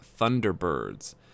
Thunderbirds